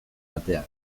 atea